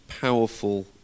powerful